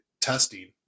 testing